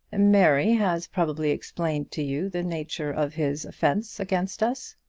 mary has probably explained to you the nature of his offence against us?